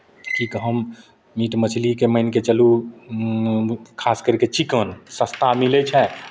की कहब मीट मछलीके मानि कऽ चलू खास करि कऽ चिकन सस्ता मिलै छै